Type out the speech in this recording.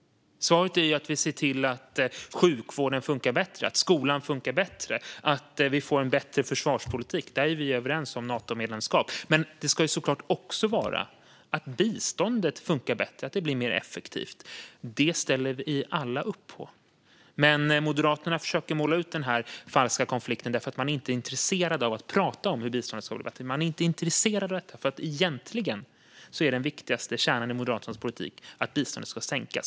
Svaret är att vi ska se till att sjukvården funkar bättre, att skolan funkar bättre och att vi får en bättre försvarspolitik. Vi är överens om Natomedlemskap. Men det ska såklart också vara så att biståndet ska funka bättre och bli mer effektivt. Det ställer vi alla upp på. Men Moderaterna försöker måla upp denna falska konflikt för att man inte är intresserad av att prata om hur biståndet ska bli bättre. Man är inte intresserad av detta, för egentligen är den viktigaste kärnan i Moderaternas politik att biståndet ska sänkas.